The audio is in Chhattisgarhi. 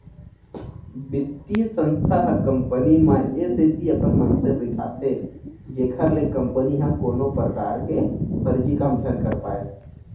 बित्तीय संस्था ह कंपनी म ए सेती अपन मनसे बइठाथे जेखर ले कंपनी ह कोनो परकार के फरजी काम झन कर पाय